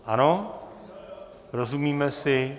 Ano, rozumíme si?